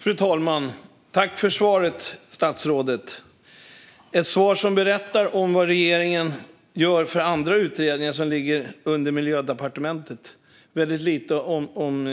Fru talman! Tack för svaret, statsrådet! Där berättas vilka andra utredningar som regeringen gör och som ligger under Miljödepartementet men väldigt lite om